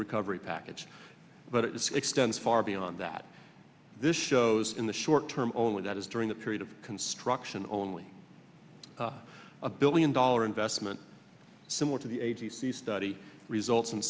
recovery package but it extends far beyond that this shows in the short term only that is during that period of construction only a billion dollar investment similar to the eight the study results